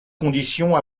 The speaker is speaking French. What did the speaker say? conditions